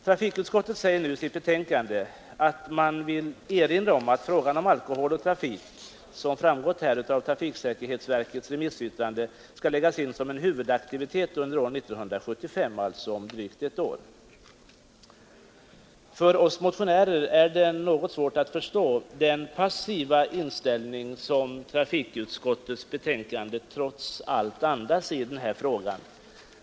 Trafikutskottet erinrar i sitt betänkande om att frågan om alkohol och trafik, såsom framgått av trafiksäkerhetsverket yttrande, skall läggas in som huvudaktivitet under år 1975, alltså om drygt ett år. För oss motionärer är det något svårt att förstå den passiva inställning som trafikutskottets betänkande trots allt andas i den här frågan.